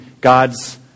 God's